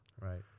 Right